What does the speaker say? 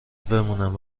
بمونم